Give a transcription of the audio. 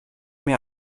mehr